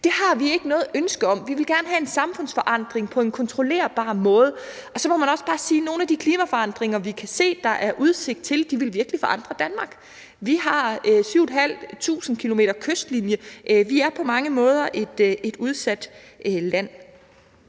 Det har vi ikke noget ønske om; vi vil gerne have en samfundsforandring på en kontrollerbar måde. Så må vi også bare sige, at nogle af de klimaforandringer, som der er udsigt til, virkelig vil forandre Danmark. Vi har omtrent 7.500 km kystlinje – vi er på mange måder et udsat land.